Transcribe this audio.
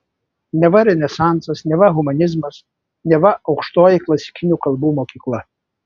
neva renesansas neva humanizmas neva aukštoji klasikinių kalbų mokykla